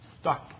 stuck